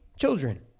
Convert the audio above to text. children